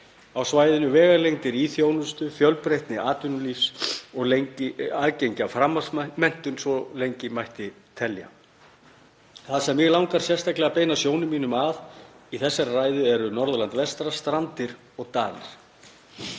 á svæðinu, vegalengdir í þjónustu, fjölbreytni atvinnulífs og aðgengi að framhaldsskólamenntun, svona mætti lengi telja. Það sem mig langar sérstaklega að beina sjónum mínum að í þessari ræðu er Norðurland vestra, Strandir og Dalir.